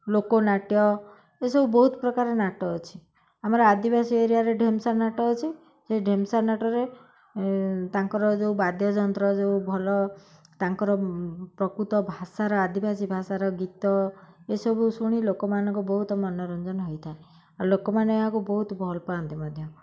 ଲୋକନାଟ୍ୟ ଏସବୁ ବହୁତ ପ୍ରକାର ନାଟ ଅଛି ଆମର ଆଦିବାସୀ ଏରିଆରେ ଢେମସା ନାଟ ଅଛି ସେଇ ଢେମସା ନାଟରେ ତାଙ୍କର ଯେଉଁ ବାଦ୍ୟଯନ୍ତ୍ର ଯେଉଁ ଭଲ ତାଙ୍କର ପ୍ରକୃତ ଭାଷାର ଆଦିବାସୀ ଭାଷାର ଗୀତ ଏସବୁ ଶୁଣି ଲୋକମାନଙ୍କ ବହୁତ ମନୋରଞ୍ଜନ ହୋଇଥାଏ ଆଉ ଲୋକମାନେ ଏହାକୁ ବହୁତ ଭଲ ପାଆନ୍ତି ମଧ୍ୟ